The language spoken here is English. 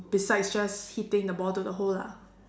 besides just hitting the ball to the hole lah